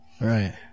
Right